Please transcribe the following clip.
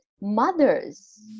mothers